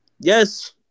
Yes